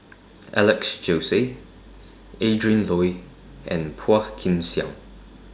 Alex Josey Adrin Loi and Phua Kin Siang